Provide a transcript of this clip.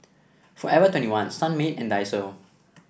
forever twenty one Sunmaid and Daiso